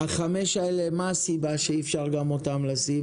החמש האלה, מה הסיבה שאי אפשר גם אותם לשים?